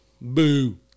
Boo